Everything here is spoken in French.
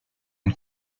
une